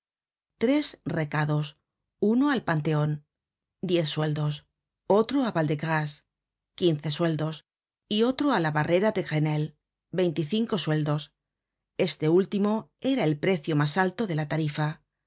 tres recados uno al panteon diez sueldos otro á yal de grace quince sueldos y otro á la barrera de grenelle veinticinco sueldos este último era el precio mas alto de la tarifa